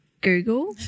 Google